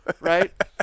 right